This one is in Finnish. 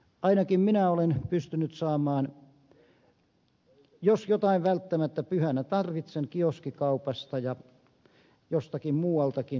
ainakin minä olen pystynyt saamaan jos jotain välttämättä pyhänä tarvitsen kioskikaupasta ja jostakin muualtakin